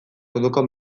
orduko